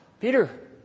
Peter